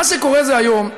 מה שקורה זה, היום,